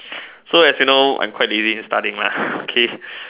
so as you know I'm quite in lazy studying lah okay